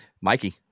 Mikey